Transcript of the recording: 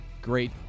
great